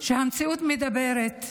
שהמציאות מדברת.